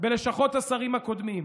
בלשכות השרים הקודמים?